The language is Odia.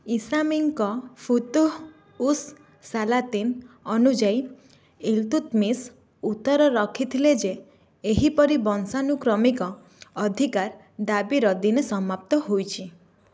ଇସାମିଙ୍କ ଫୁତୁହ ଉସ୍ ସାଲାତିନ୍ ଅନୁଯାୟୀ ଇଲ୍ତୁତ୍ମିଶ୍ ଉତ୍ତର ରଖିଥିଲେ ଯେ ଏହିପରି ବଂଶାନୁକ୍ରମିକ ଅଧିକାର ଦାବିର ଦିନ ସମାପ୍ତ ହୋଇଛି